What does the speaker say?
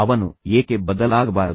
ಅವನು ಏಕೆ ಬದಲಾಗಬಾರದು